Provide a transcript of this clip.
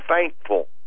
thankful